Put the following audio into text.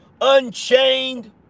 unchained